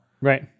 Right